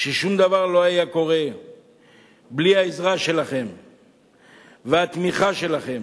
ששום דבר לא היה קורה בלי העזרה שלכם והתמיכה שלכם.